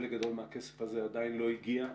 נאמר שחלק גדול מהכסף הזה עדיין לא הגיע.